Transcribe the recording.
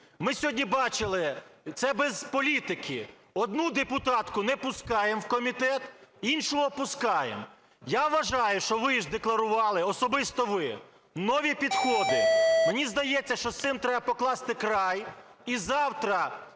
Ми сьогодні бачили, це без політики, одну депутатку не пускаємо в комітет, іншого пускаємо. Я вважаю, що ви ж декларували, особисто ви, нові підходи. Мені здається, що з цим треба покласти край.